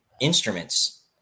instruments